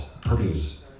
produce